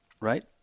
right